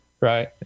right